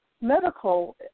medical